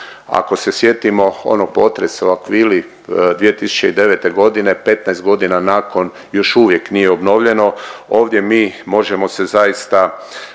Ako se sjetimo onog potresa u Aquili 2009. godine 15 godina nakon još uvijek nije obnovljeno, ovdje mi možemo se zaista